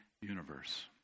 universe